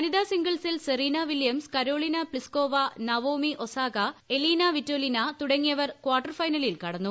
വനിതാ സിംഗിൾസിൽ Serena Williams Karolina Pliskova Naomi Osaka Elina Svitolina തുടങ്ങിയവർ കാർട്ടർ ഫൈനലിൽ കടന്നു